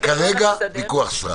הוויכוחים האלה, כרגע ויכוח סרק.